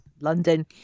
London